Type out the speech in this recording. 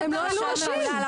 הם לא העלו נשים,